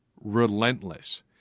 relentless